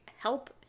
help